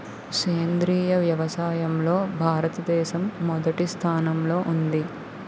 సేంద్రీయ వ్యవసాయంలో భారతదేశం మొదటి స్థానంలో ఉంది